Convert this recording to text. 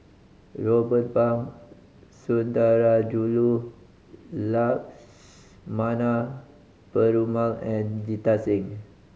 Ruben Pang Sundarajulu Lakshmana Perumal and Jita Singh